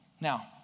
Now